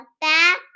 back